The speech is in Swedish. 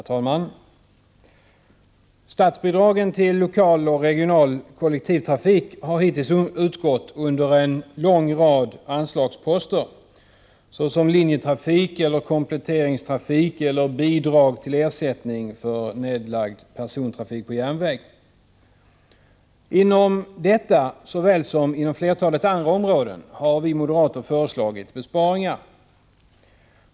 Herr talman! Statsbidragen till lokal och regional kollektiv persontrafik har hittills utgått under en lång rad anslagsposter, såsom Linjetrafik, Kompletteringstrafik och Bidrag till ersättning för nedlagd persontrafik på järnväg. Inom såväl detta som flertalet andra områden har vi moderater föreslagit besparingar.